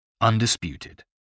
Undisputed